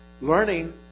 learning